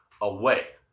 away